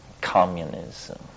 communism